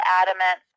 adamant